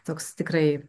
toks tikrai